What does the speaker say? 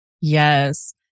Yes